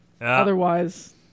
Otherwise